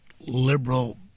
liberal